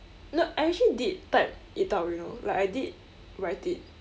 no actually I did type it out you know like I did write it